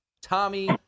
Tommy